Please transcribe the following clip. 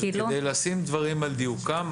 כדי לשים דברים על דיוקם,